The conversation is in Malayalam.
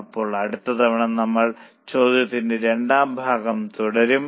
അപ്പോൾ അടുത്ത തവണ നമ്മൾ ചോദ്യ ത്തിന്റെ രണ്ടാം ഭാഗം തുടരും